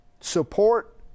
support